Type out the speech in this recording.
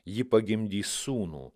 ji pagimdys sūnų